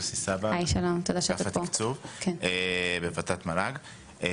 יוסי סבג מאגף התקצוב בוועדה לתכנון ותקצוב ובמועצה להשכלה גבוהה,